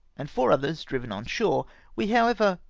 and four others driven on shore we, however,